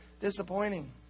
disappointing